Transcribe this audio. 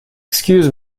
excuse